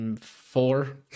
four